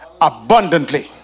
abundantly